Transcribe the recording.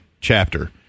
chapter